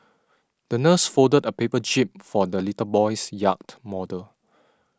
the nurse folded a paper jib for the little boy's yacht model